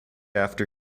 after